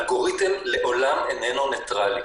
אלגוריתם לעולם איננו ניטראלי.